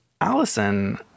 Allison